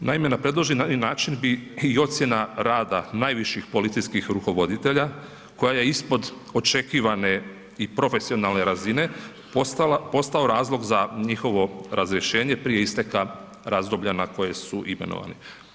Naime, na predloženi način bi i ocjena rada najviših policijskih rukovoditelja koja je ispod očekivane i profesionalne razine postao razlog za njihovo razrješenje prije isteka razdoblja na koje su imenovani.